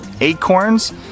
acorns